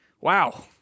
wow